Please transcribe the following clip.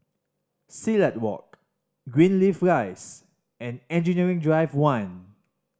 Silat Walk Greenleaf Rise and Engineering Drive One